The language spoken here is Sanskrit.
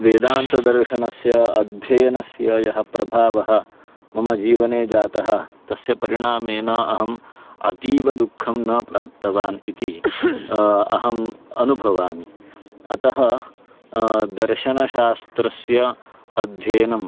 वेदान्तदर्शनस्य अध्ययनस्य यः प्रभावः मम जीवने जातः तस्य परिणामेन अहम् अतीवदुःखं न प्राप्तवान् इति अहम् अनुभवामि अतः दर्शनशास्त्रस्य अध्ययनम्